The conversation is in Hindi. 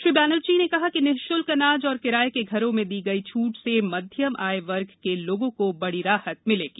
श्री बैनर्जी ने कहा कि निःश्क्ल अनाज और किराये के घरों में दी गई छूट से मध्यम आय वर्ग के लोगों को बड़ी राहत मिलेगी